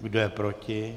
Kdo je proti?